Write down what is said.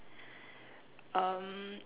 um